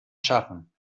schaffen